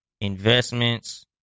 investments